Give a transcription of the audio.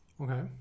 Okay